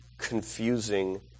confusing